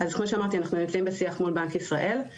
כמו שאמרתי, אנחנו נמצאים בשיח מול בנק ישראל.